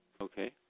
Okay